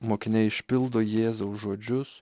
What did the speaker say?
mokiniai išpildo jėzaus žodžius